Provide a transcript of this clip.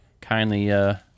kindly